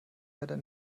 leider